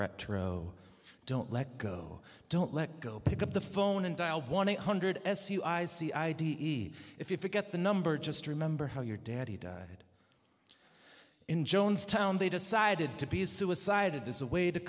retro don't let go don't let go pick up the phone and dial one eight hundred s u i's c id easy if you forget the number just remember how your dad he died in jonestown they decided to be a suicide it is a way to